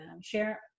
share